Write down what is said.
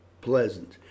pleasant